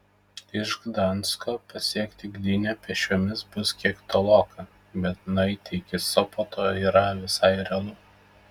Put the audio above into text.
iš gdansko pasiekti gdynę pėsčiomis bus kiek toloka bet nueiti iki sopoto yra visai realu